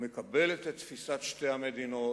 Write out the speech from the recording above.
ומקבלת את תפיסת שתי המדינות,